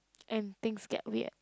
and things get weird